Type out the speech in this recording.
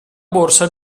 borsa